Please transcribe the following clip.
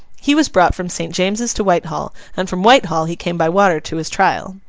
he was brought from st. james's to whitehall, and from whitehall he came by water to his trial.